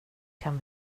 kan